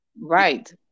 right